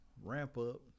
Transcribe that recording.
ramp-up